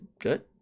good